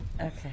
Okay